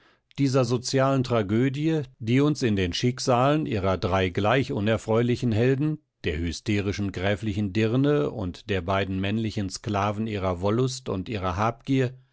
dieser sozialen tragödie die uns in den schicksalen ihrer drei gleich unerfreulichen freulichen helden der hysterischen gräflichen dirne und der beiden männlichen sklaven ihrer wollust und ihrer habgier